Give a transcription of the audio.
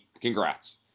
Congrats